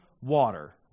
water